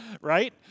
right